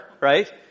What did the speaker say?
right